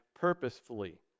purposefully